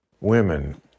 Women